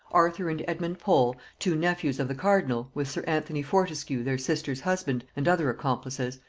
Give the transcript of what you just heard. arthur and edmund pole, two nephews of the cardinal, with sir anthony fortescue their sister's husband, and other accomplices,